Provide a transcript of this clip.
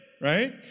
Right